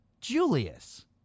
Julius